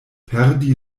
perdi